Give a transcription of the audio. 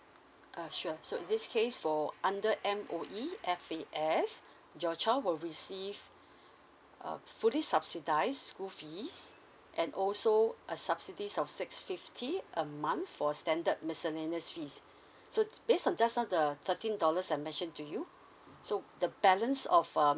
uh sure so in this case for under M_O_E F_A_S your child will receive uh fully subsidized school fees and also a subsidies of six fifty a month for standard miscellaneous fees so based on just now the thirteen dollars I've mentioned to you so the balance of uh